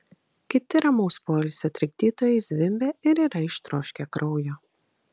kiti ramaus poilsio trikdytojai zvimbia ir yra ištroškę kraujo